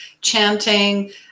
chanting